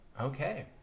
okay